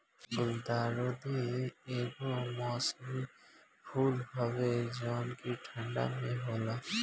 गुलदाउदी एगो मौसमी फूल हवे जवन की ठंडा में होला